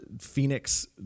Phoenix